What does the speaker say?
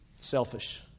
Selfish